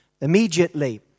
Immediately